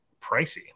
pricey